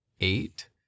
eight